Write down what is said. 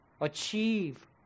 achieve